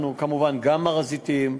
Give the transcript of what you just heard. אנחנו כמובן, גם הר-הזיתים,